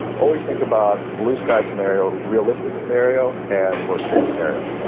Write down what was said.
always think about blue sky scenario, realistic scenario, and worst case scenario.